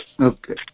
Okay